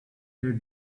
their